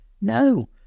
no